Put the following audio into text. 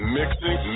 mixing